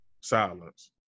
silence